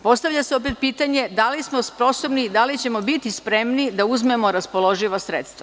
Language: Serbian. Postavlja se opet pitanje – da li smo sposobni, da li ćemo biti spremni da uzmemo raspoloživa sredstva?